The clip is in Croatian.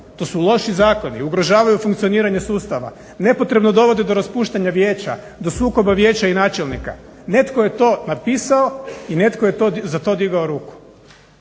To su loši zakoni, ugrožavaju funkcioniranje sustava, nepotrebno dovode do raspuštanja vijeća, do sukoba vijeća i načelnika. Neto je to napisao i netko je za to digao ruku.